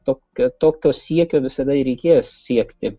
tokia tokio siekio visada ir reikės siekti